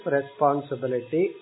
Responsibility